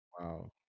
Wow